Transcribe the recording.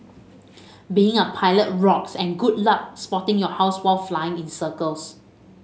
being a pilot rocks and good luck spotting your house while flying in circles